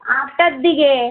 আটটার দিকে